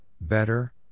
better